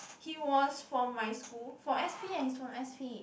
he was from my school from s_p eh he's from s_p